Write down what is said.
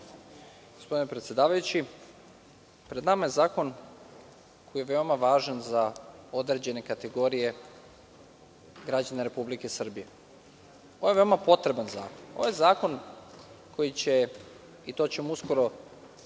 Gospodine predsedavajući, pred nama je zakon koji je veoma važan za određene kategorije građana Republike Srbije. Ovo je veoma potreban zakon. Ovo je zakon koji će, i to ćemo uskoro